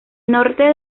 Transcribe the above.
norte